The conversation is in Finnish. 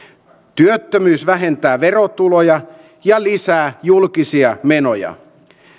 työttömyys vähentää verotuloja ja lisää julkisia menoja